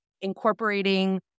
incorporating